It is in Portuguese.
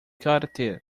karatê